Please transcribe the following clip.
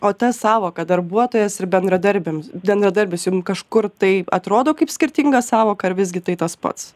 o ta sąvoka darbuotojas ir bendradarbiam bendradarbis jums kažkur tai atrodo kaip skirtinga sąvoka ar visgi tai tas pats